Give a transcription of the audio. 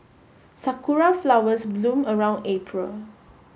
sakura flowers bloom around April